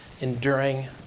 enduring